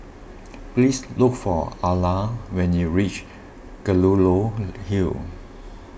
please look for Arla when you reach Kelulut Hill